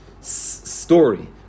story